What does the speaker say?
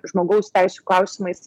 žmogaus teisių klausimais